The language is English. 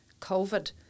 Covid